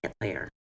layer